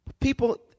People